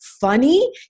funny